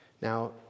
Now